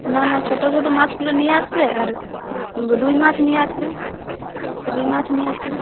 না না ছোটো ছোটো মাছগুলো নিয়ে আসবে আর রুই মাছ নিয়ে আসবে রুই মাছ নিয়ে আসবে